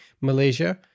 Malaysia